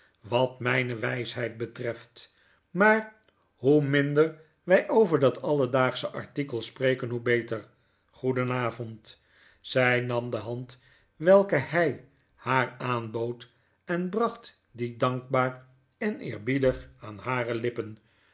wat mijne wijsheid betreft maar hoe minder wij over dat aliedaagsche artikel spreken hoe beter goeden avond zij nam de hand welke hij haar aanbood en bracht die dankbaar en eerbiedig aan hare lippen